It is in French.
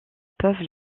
peuvent